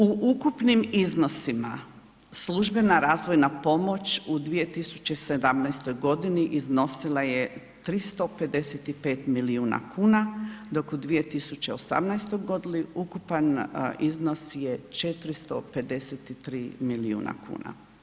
U ukupnim iznosima službena razvojna pomoć u 2017. godini iznosila je 355 milijuna kuna dok u 2018. godini ukupan iznos je 453 milijuna kuna.